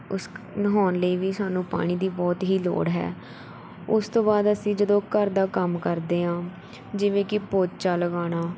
ਉਸ ਨਹਾਉਣ ਲਈ ਵੀ ਸਾਨੂੰ ਪਾਣੀ ਦੀ ਬਹੁਤ ਹੀ ਲੋੜ ਹੈ ਉਸ ਤੋਂ ਬਾਅਦ ਅਸੀਂ ਜਦੋਂ ਘਰ ਦਾ ਕੰਮ ਕਰਦੇ ਹਾਂ ਜਿਵੇਂ ਕਿ ਪੋਚਾ ਲਗਾਉਣਾ